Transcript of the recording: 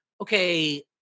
okay